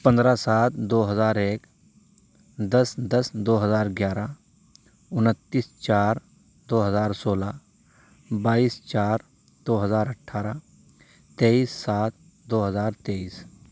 پندرہ سات دو ہزار ایک دس دس دو ہزار گیارہ انتیس چار دو ہزار سولہ بائیس چار دو ہزار اٹھارہ تیئیس سات دو ہزار تیئیس